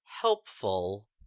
helpful